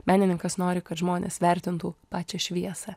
menininkas nori kad žmonės vertintų pačią šviesą